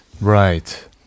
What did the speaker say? right